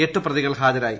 എട്ട് പ്രതികൾ ഹാജരായി